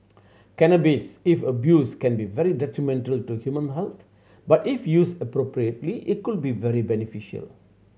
cannabis if abused can be very detrimental to human health but if used appropriately it could be very beneficial